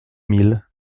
mille